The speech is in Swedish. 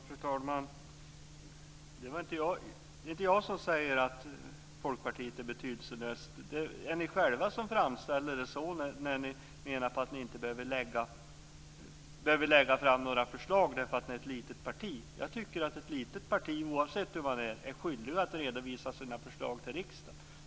Fru talman! Det är inte jag som säger att Folkpartiet är betydelselöst. Det är ni själva som framställer det så. Ni säger att ni inte behöver lägga fram några förslag eftersom ni är ett sådant litet parti. Jag tycker att även ett litet parti är skyldigt att redovisa sina förslag till riksdagen.